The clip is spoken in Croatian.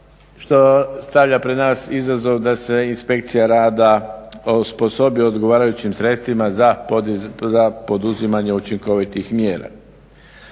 što stavlja pred nas izazov da se inspekcija rada osposobi odgovarajućim sredstvima za poduzimanje učinkovitih mjera.